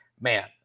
man